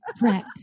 right